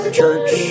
church